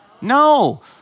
No